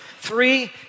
Three